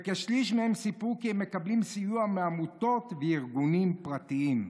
וכשליש מהם סיפרו כי הם מקבלים סיוע מעמותות וארגונים פרטיים.